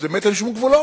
אז באמת אין שום גבולות.